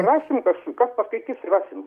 rasim kažkokių kas paskaitys rasim